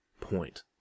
point